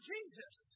Jesus